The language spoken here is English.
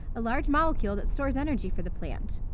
a large molecule that stores energy for the plant.